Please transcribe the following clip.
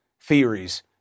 theories